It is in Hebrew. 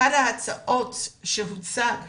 אחת ההצעות שהוצגה,